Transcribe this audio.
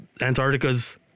Antarctica's